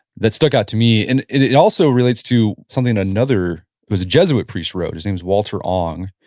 that still got to me, and it it also relates to something another, it was a jesuit priest wrote. his name's walter ong.